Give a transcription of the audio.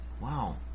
Wow